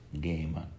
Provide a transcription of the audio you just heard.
game